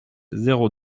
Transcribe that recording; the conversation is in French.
zéro